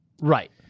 right